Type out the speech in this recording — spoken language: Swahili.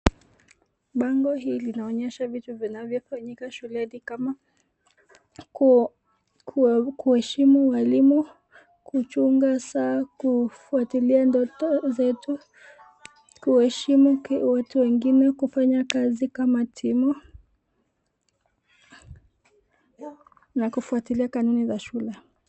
Bango hili linaonyesha vitu vinavyofanyika shuleni kama kuheshimu walimu, kuchunga saa, kufuatilia ndoto zetu, kuheshimu watu wengine, kufanya kazi kama timu na kufuatilia kanuni za shule.